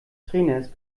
trainers